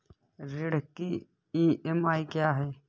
ऋण की ई.एम.आई क्या है?